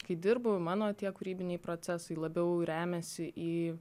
kai dirbu mano tie kūrybiniai procesai labiau remiasi į